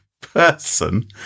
person